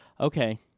okay